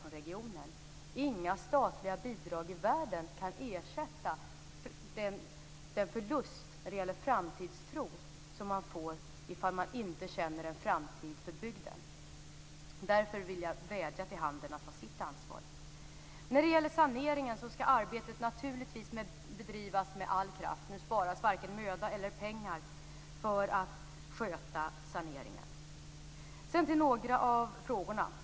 Inga statliga bidrag i världen kan ersätta den förlust av framtidstro som man får ifall man inte känner att bygden har en framtid. Jag vill därför vädja till handeln att ta sitt ansvar. När det gäller saneringen skall arbetet naturligtvis bedrivas med all kraft. Det sparas varken möda eller pengar för skötseln av saneringsarbetet. Så till några av frågorna.